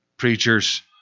Preachers